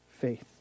faith